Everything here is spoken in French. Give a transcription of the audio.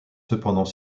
cependant